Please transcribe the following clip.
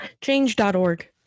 change.org